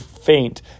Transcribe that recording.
faint